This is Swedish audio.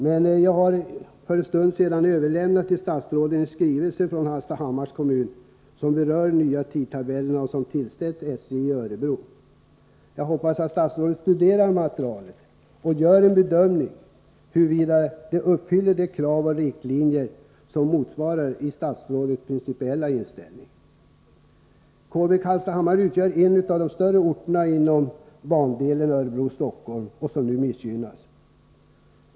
Men jag har för en stund sedan till statsrådet överlämnat en skrivelse från Hallstahammars kommun; den berör den nya tidtabellen och den har tillställts SJ i Örebro. Jag hoppas att statsrådet studerar materialet och gör en bedömning huruvida det uppfyller de krav och riktlinjer som motsvarar statsrådets principiella inställning. Orterna Kolbäck och Hallstahammar är två av de större orterna längs bandelen Örebro-Stockholm och missgynnas nu.